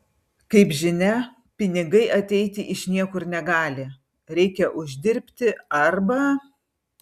kaip žinia pinigai ateiti iš niekur negali reikia uždirbti arba